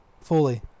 fully